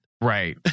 Right